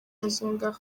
azonga